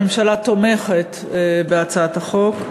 הממשלה תומכת בהצעת החוק.